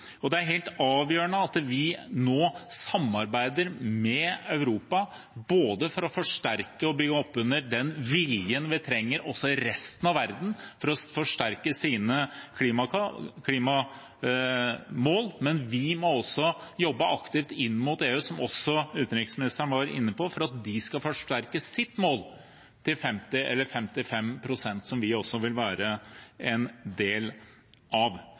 Det er helt avgjørende at vi nå samarbeider med Europa for å forsterke og bygge oppunder den viljen vi trenger i resten av verden for å forsterke klimamålene, men vi må også jobbe aktivt inn mot EU, som utenriksministeren var inne på, for at de skal forsterke sitt mål til 50 pst. eller 55 pst., som vi også vil være en del av.